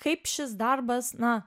kaip šis darbas na